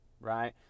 right